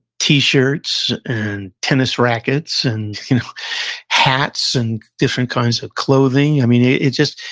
t-shirts and tennis rackets and hats and different kinds of clothing. i mean, it it just,